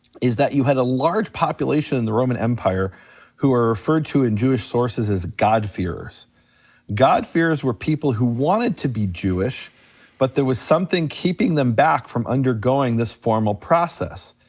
is that you had a large population in the roman empire who were referred to in jewish sources are god-fearers god-fearers were people who wanted to be jewish but there was something keeping them back from undergoing this formal process.